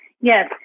Yes